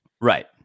Right